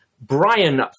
Brian